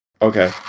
Okay